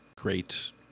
great